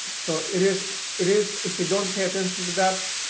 so it is it is if we don't pay attention to that,